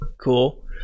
Cool